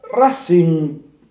Racing